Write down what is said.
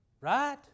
Right